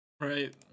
Right